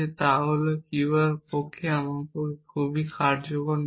তা হল সঠিক এই Q আমার পক্ষে খুব কার্যকর নয়